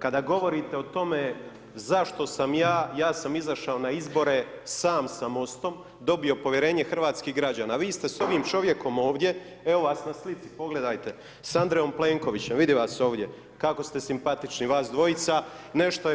Kada govorite o tome zašto sam ja, ja sam izašao na izbore sam sa MOST-om i dobio povjerenje hrvatskih građana a vi ste s ovim čovjekom ovdje, evo vas na slici, pogledajte, s Andrejom Plenkovićem, vidi vas ovdje, kako ste simpatični vas dvojica, nešto